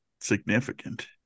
significant